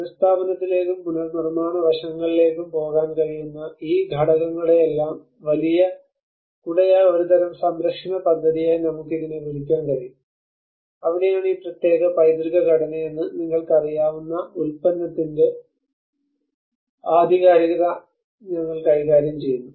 പുനസ്സ്ഥാപനത്തിലേക്കും പുനർനിർമ്മാണ വശങ്ങളിലേക്കും പോകാൻ കഴിയുന്ന ഈ ഘടകങ്ങളുടെയെല്ലാം വലിയ കുടയായ ഒരു തരം സംരക്ഷണ പദ്ധതിയായി നമുക്ക് ഇതിനെ വിളിക്കാൻ കഴിയും അവിടെയാണ് ഈ പ്രത്യേക പൈതൃക ഘടനയെന്ന് നിങ്ങൾക്കറിയാവുന്ന ഉൽപ്പന്നത്തിന്റെ ആധികാരികത ഞങ്ങൾ കൈകാര്യം ചെയ്യുന്നു